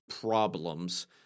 problems